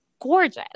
gorgeous